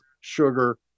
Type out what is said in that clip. sugar